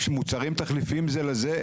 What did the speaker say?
כשמוצרים תחליפיים זה לזה,